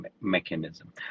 mechanism